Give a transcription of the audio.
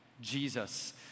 Jesus